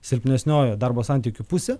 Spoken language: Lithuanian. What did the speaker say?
silpnesnioji darbo santykių pusė